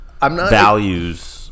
values